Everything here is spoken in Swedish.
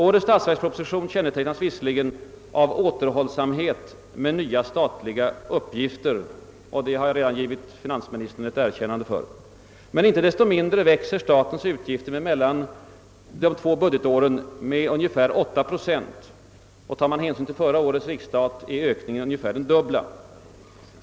Årets statsverksproposition kännetecknas visserligen av återhållsamhet med nya statliga uppgifter, och det har jag redan givit finansministern ett erkännande för. Icke desto mindre växer statens utgifter mellan de två budgetåren med ungefär 8 procent, och tar man hänsyn till förra årets riksstat är ökningen ungefär den dubbla.